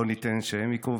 לא ניתן שהן יקרו,